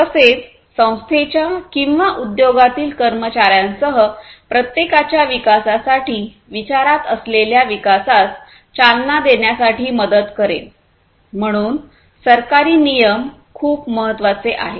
तसेच संस्थे च्या किंवा उद्योगातील कर्मचार्यां सह प्रत्येकाच्या विकासासाठी विचारात असलेल्या विकासास चालना देण्यासाठी मदत करेल म्हणून सरकारी नियम खूप महत्वाचे आहेत